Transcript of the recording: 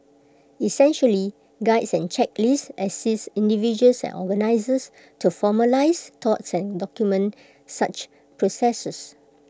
essentially Guides and checklist assist individuals and organisers to formalise thoughts and document such processes